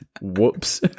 Whoops